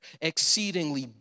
exceedingly